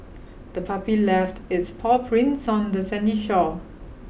the puppy left its paw prints on the sandy shore